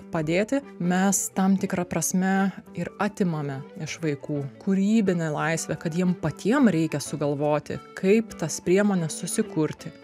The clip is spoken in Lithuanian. padėti mes tam tikra prasme ir atimame iš vaikų kūrybinę laisvę kad jiem patiem reikia sugalvoti kaip tas priemones susikurti